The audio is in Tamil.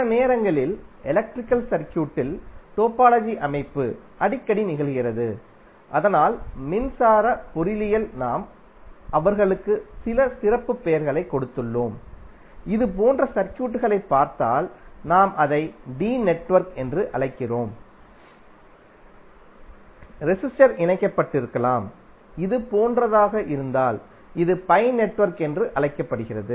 சில நேரங்களில் எலக்ட்ரிக்கல் சர்க்யூட்டில் டோபாலஜி அமைப்பு அடிக்கடி நிகழ்கிறது அதனால் மின்சார பொறியியலில் நாம் அவர்களுக்கு சில சிறப்பு பெயர்களைக் கொடுத்துள்ளோம் இது போன்ற சர்க்யூட்டைப் பார்த்தால் நாம் அதை டி நெட்வொர்க் என்று அழைக்கிறோம் ரெசிஸ்டர் இணைக்கப்பட்டிருக்கலாம் இது போன்றதாக இருந்தால் இது பை நெட்வொர்க் என்று அழைக்கப்படுகிறது